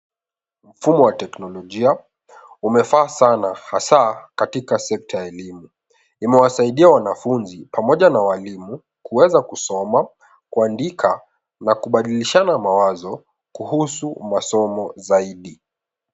Mfumo huu a teknolojia umefaa sana hasa katika sekta ya elimu. Imewasaidia wanafunzi pamoja na walimu kuweza kusoma, kuandika na kubadilishana mawazo kuhusu masomo zaidi.